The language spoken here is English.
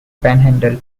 panhandle